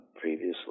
previously